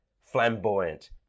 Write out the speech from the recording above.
flamboyant